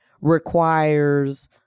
requires